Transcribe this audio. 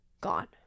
gone